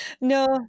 No